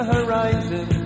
horizon